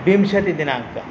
विंशतिदिनाङ्कः